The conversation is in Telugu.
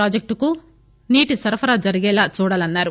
ప్రాజెక్లుకు నీటి సరఫరా జరిగేలా చూడాలన్నారు